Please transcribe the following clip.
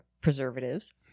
preservatives